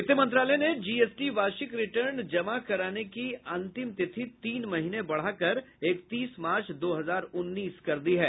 वित्त मंत्रालय ने जीएसटी वार्षिक रिटर्न जमा कराने की अंतिम तिथि तीन महीने बढ़ाकर इकतीस मार्च दो हजार उन्नीस कर दी है